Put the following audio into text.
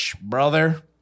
Brother